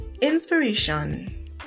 inspiration